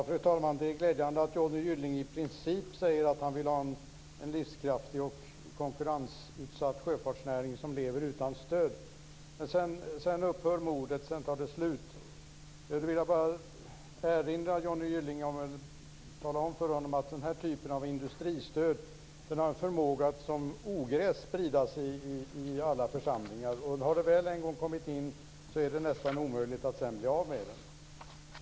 Fru talman! Det är glädjande att Johnny Gylling i princip säger att han vill ha en livskraftig och konkurrensutsatt sjöfartsnäring som lever utan stöd. Men sedan upphör modet. Sedan tar det slut. Jag vill bara tala om för Johnny Gylling att den här typen av industristöd har en förmåga att som ogräs sprida sig i alla församlingar. Har det väl en gång kommit in är det nästan omöjligt att sedan bli av med det.